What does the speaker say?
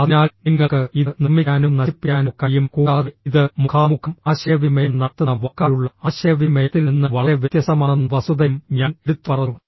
അതിനാൽ നിങ്ങൾക്ക് ഇത് നിർമ്മിക്കാനോ നശിപ്പിക്കാനോ കഴിയും കൂടാതെ ഇത് മുഖാമുഖം ആശയവിനിമയം നടത്തുന്ന വാക്കാലുള്ള ആശയവിനിമയത്തിൽ നിന്ന് വളരെ വ്യത്യസ്തമാണെന്ന വസ്തുതയും ഞാൻ എടുത്തുപറഞ്ഞു